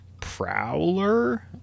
Prowler